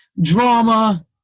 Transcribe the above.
drama